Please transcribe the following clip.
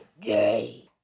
day